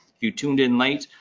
you tuned in late,